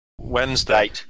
Wednesday